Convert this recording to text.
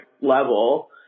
level